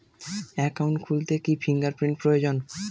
Account খুলতে কি fingerprint প্রয়োজন?